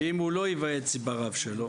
ואם הוא לא ייוועץ ברב שלו,